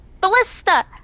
Ballista